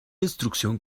instrucción